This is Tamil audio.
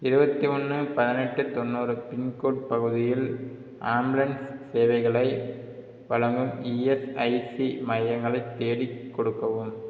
இருபத்தி ஒன்று பதினெட்டு தொண்ணூறு பின்கோடு பகுதியில் ஆம்புலன்ஸ் சேவைகளை வழங்கும் இஎஸ்ஐசி மையங்களை தேடிக் கொடுக்கவும்